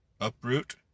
uproot